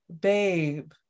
babe